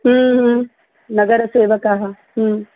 नगरसेवकाः